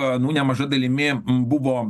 nu nemaža dalimi buvo